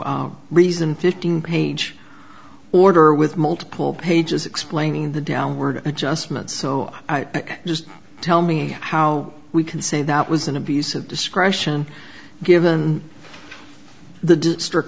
reason fifteen page order with multiple pages explaining the downward adjustment so i just tell me how we can say that was an abuse of discretion given the district